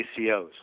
ACOs